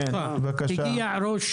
לפני שאתה סוגר, ברשותך, הגיעו ראש